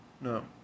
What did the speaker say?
No